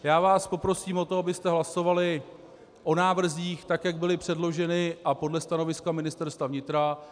Já vás poprosím o to, abyste hlasovali o návrzích tak, jak byly předloženy, a podle stanoviska Ministerstva vnitra.